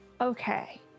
Okay